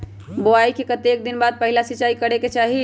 बोआई के कतेक दिन बाद पहिला सिंचाई करे के चाही?